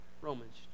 Romans